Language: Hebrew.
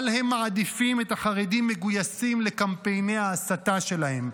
אבל הם מעדיפים את החרדים מגויסים לקמפייני ההסתה שלהם,